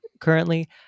currently